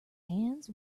hands